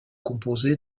composé